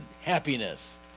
happiness